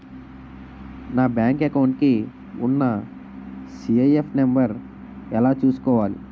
నా bank account కి ఉన్న సి.ఐ.ఎఫ్ నంబర్ ఎలా చూసుకోవాలి?